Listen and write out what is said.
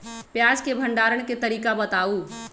प्याज के भंडारण के तरीका बताऊ?